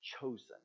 chosen